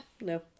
No